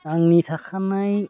आंनि थाखानाय